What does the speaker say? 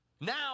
Now